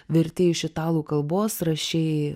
vertei iš italų kalbos rašei